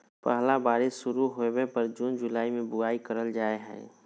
पहला बारिश शुरू होबय पर जून जुलाई में बुआई करल जाय हइ